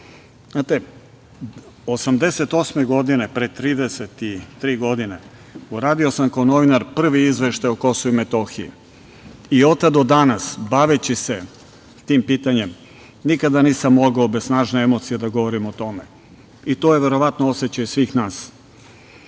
1988. godine, pre 33 godine, uradio sam kao novinar prvi izveštaj o Kosovu i Metohiji i od tada do danas baveći se tim pitanjem nikada nisam mogao bez snažne emocije da govorim o tome i to je verovatno osećaj svih